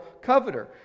coveter